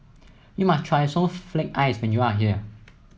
you must try Snowflake Ice when you are here